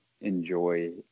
enjoy